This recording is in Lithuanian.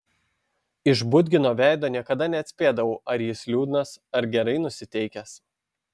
iš budgino veido niekada neatspėdavau ar jis liūdnas ar gerai nusiteikęs